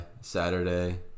Saturday